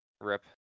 Rip